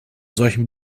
solchen